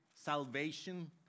salvation